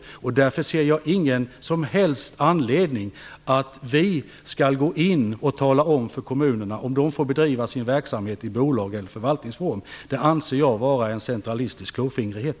Jag ser därför inte någon som helst anledning att vi skall gå in och tala om för kommunerna om de skall bedriva sin verksamhet i bolag eller förvaltningsform. Det anser jag vara en centralistisk klåfingrighet.